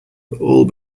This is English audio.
all